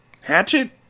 Hatchet